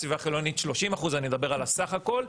סביבה חילונית 30%. אני אדבר על הסך הכול,